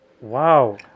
Wow